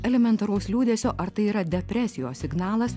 elementaraus liūdesio ar tai yra depresijos signalas